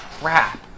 crap